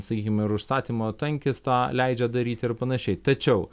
sakykim ir užstatymo tankis tą leidžia daryti ir panašiai tačiau